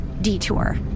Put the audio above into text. Detour